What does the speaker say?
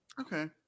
Okay